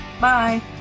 Bye